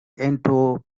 into